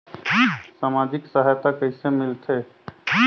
समाजिक सहायता कइसे मिलथे?